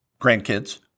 grandkids